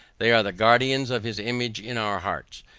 they are the guardians of his image in our hearts.